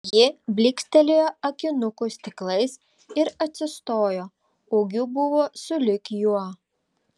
ji blykstelėjo akinukų stiklais ir atsistojo ūgiu buvo sulig juo